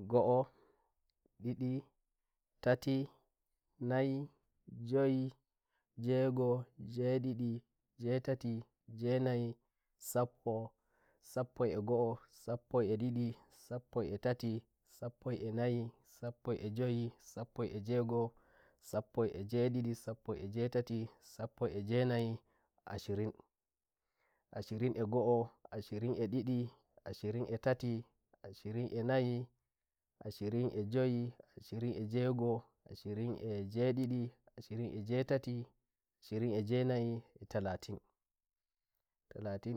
ngo'o, ndidi, tati, nayi, njoyi, nje go'o, nje ndidi, nje tati, nje nayi, sappo, sappo e go'o, sappo e ndidi, sappo e tati, sappo e nayi, sappo e njoyi, sappo e nje go'o, sappo e nje ndidi, sappo e nje tati, sappo e nje nayiasirin ashirin e ngo'o, ashirin e ndidi, ashirn e tati, ashirin e nayi, ashirin e njoyi, ashirin e nje go'o, ashirin e nje ndidi, ashirin e nje tati, ashirin e nje nayitalatintalatin